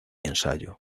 ensayo